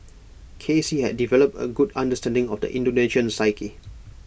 K C had developed A good understanding of the Indonesian psyche